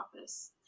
office